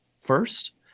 first